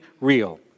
real